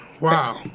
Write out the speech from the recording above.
Wow